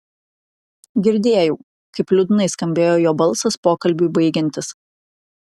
girdėjau kaip liūdnai skambėjo jo balsas pokalbiui baigiantis